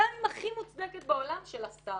גם אם הכי מוצדקת בעולם של השר.